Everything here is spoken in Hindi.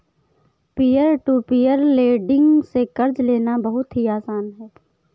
पियर टू पियर लेंड़िग से कर्ज लेना बहुत ही आसान है